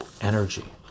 energy